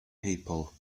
people